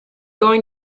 going